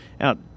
out